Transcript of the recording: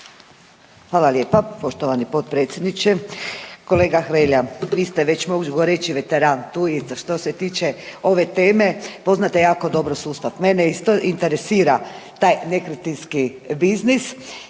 Hvala lijepa poštovani potpredsjedniče. Kolega Hrelja, vi ste već mogu reći veteran tu i što se tiče ove teme poznajete jako dobro sustav. Mene isto interesira taj nekretninski biznis,